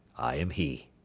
i am he,